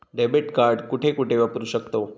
Debit card कुठे कुठे वापरू शकतव?